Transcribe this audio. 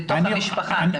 בתוך המשפחה.